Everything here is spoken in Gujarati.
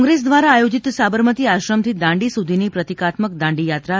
કોંગ્રેસ દ્વારા આયોજિત સાબરમતી આશ્રમથી દાંડી સુધીની પ્રતિકાત્મક દાંડીયાત્રા